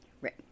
Right